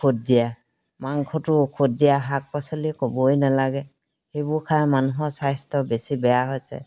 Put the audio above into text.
ঔষধ দিয়া মাংসটো ঔষধ দিয়া শাক পাচলি ক'বই নালাগে সেইবোৰ খাই মানুহৰ স্বাস্থ্য বেছি বেয়া হৈছে